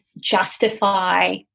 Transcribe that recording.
justify